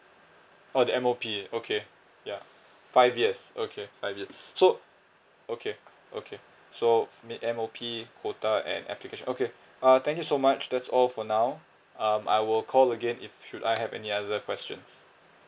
oh the M_O_P okay ya five years okay five years so okay okay so meet M_O_P quota and application okay uh thank you so much that's all for now um I will call again if should I have any other questions